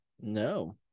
No